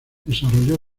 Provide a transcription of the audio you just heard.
desarrolló